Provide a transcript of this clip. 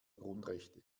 grundrechte